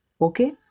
Okay